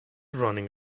running